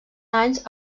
anys